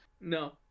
No